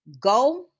go